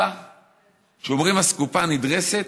כשאומרים "אסקופה נדרסת",